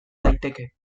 daiteke